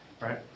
Right